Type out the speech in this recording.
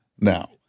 now